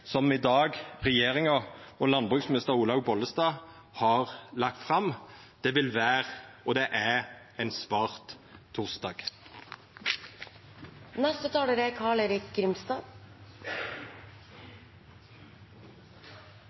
Bollestad i dag har lagt fram. Det vil vera – og er – ein svart